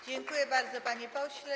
Dziękuję bardzo, panie pośle.